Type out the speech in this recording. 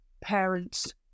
parents